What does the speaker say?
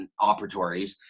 operatories